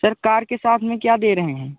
sir car के साथ में क्या दें रहें हैं